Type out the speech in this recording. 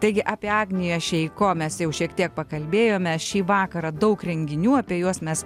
taigi apie agnija šeiko mes jau šiek tiek pakalbėjome šį vakarą daug renginių apie juos mes